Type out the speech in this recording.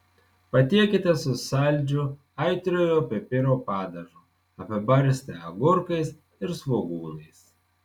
patiekite su saldžiu aitriojo pipiro padažu apibarstę agurkais ir svogūnais